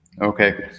okay